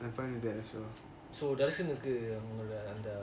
I'm fine with that as well